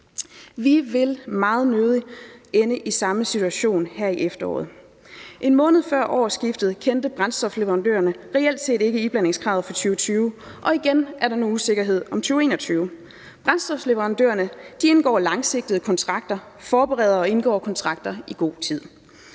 Vi vil meget nødig ende i samme situation her i efteråret. En måned før årsskiftet kendte brændstofleverandørerne reelt set ikke iblandingskravet for 2020, og der er nu igen usikkerhed om 2021. Brændstofleverandørerne indgår langsigtede kontrakter, forbereder og indgår kontrakter i god tid.